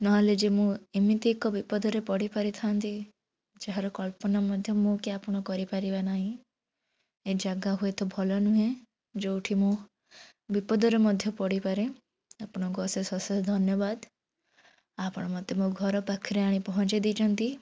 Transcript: ନହେଲେ ଯେ ମୁଁ ଏମିତି ଏକ ବିପଦରେ ପଡ଼ିପାରିଥାନ୍ତି ଯାହାର କଳ୍ପନା ମଧ୍ୟ ମୁଁ କି ଆପଣ କରିପାରିବା ନାହିଁ ଏ ଜାଗା ହୁଏତ ଭଲ ନୁହେଁ ଯୋଉଠି ମୁଁ ବିପଦର ମଧ୍ୟ ପଡ଼ିପାରେ ଆପଣଙ୍କୁ ଅଶେଷ ଅଶେଷ ଧନ୍ୟବାଦ ଆପଣ ମୋତେ ମୋ ଘର ପାଖରେ ଆଣି ପହଞ୍ଚେଇ ଦେଇଛନ୍ତି